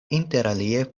interalie